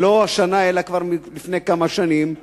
ולא השנה אלא כבר לפני כמה שנים,